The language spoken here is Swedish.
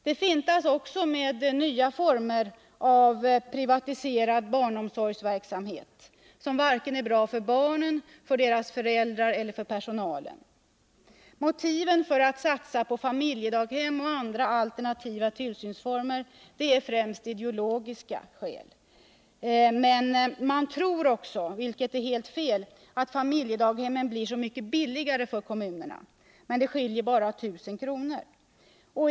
Det fintas också med nya former av privatiserad barnomsorgsverksamhet, som varken är bra för barnen, för deras föräldrar eller för personalen. Man satsar på familjedaghem och andra alternativa tillsynsformer, främst av ideologiska skäl, men man tror också — vilket är helt fel — att familjedaghemmen blir mycket billigare för kommunerna, men det skiljer bara på 1000 kr.